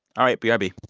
all right, b r b